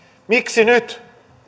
miksi nyt